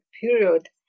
period